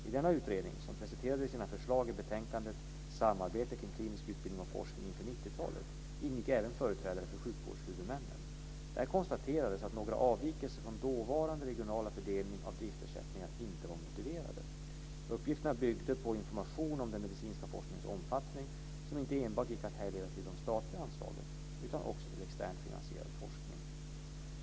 I denna utredning, som presenterade sina förslag i betänkandet Samarbete kring klinisk utbildning och forskning inför 90-talet, ingick även företrädare för sjukvårdshuvudmännen. Där konstaterades att några avvikelser från dåvarande regionala fördelning av driftersättningarna inte var motiverade. Uppgifterna byggde på information om den medicinska forskningens omfattning som inte enbart gick att härleda till de statliga anslagen utan också till externt finansierad forskning.